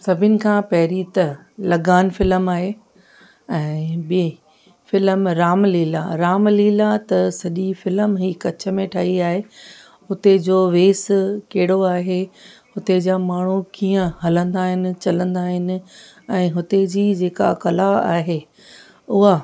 सभिनि खां पहिरीं त लगान फ़िलम आहे ऐं ॿी फ़िलम रामलीला रामलीला त सॼी फ़िलम ई कच्छ में ठही आहे हुते जो वेसु कहिड़ो आहे हुते जा माण्हू कीअं हलंदा आहिनि चलंदा आहिनि ऐं हुते जी जेका कला आहे उहा